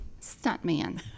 stuntman